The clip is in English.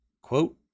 quote